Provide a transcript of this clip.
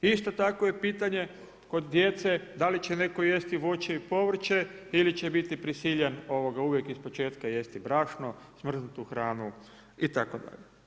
Isto tako je pitanje kod djece, da li će neko jesti voće i povrće ili će prisiljen uvijek iz početka jesti brašno, smrznutu hranu itd.